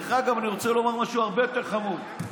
אני רוצה לומר משהו הרבה יותר חמור.